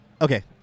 okay